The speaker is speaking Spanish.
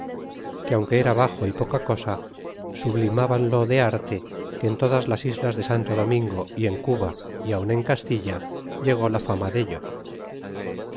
que aunque era baxo y poca cosa sublimbanlo de arte que en todas las islas de santo domingo y en cuba y aun en castilla llegó la fama dello